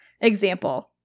example